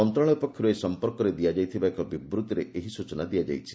ମନ୍ତ୍ରଣାଳୟ ପକ୍ଷରୁ ଏ ସମ୍ପର୍କରେ ଦିଆଯାଇଥିବା ଏକ ବିବୃଭିରେ ଏହି ସୂଚନା ଦିଆଯାଇଛି